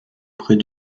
près